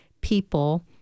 people